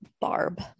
Barb